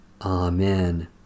Amen